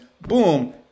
boom